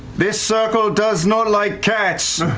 this circle does not like cats.